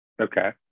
Okay